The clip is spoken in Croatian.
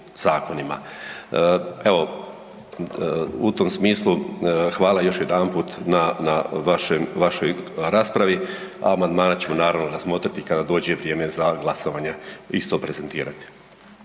zakonima. Evo, u tom smislu hvala još jedanput na vašem, vašoj raspravi, amandmane ćemo naravno razmotriti kada dođe vrijeme za glasovanje i isto prezentirati.